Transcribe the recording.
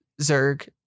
Zerg